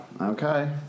okay